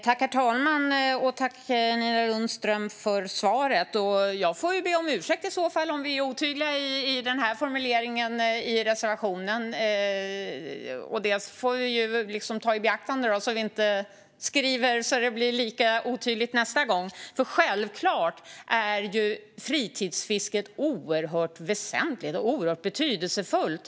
Herr talman! Tack, Nina Lundström, för svaret! Jag får be om ursäkt om vi är otydliga i formuleringen i reservationen. Det får vi ta i beaktande så att vi inte skriver så att det blir lika otydligt nästa gång. Självklart är fritidsfisket oerhört väsentligt och betydelsefullt.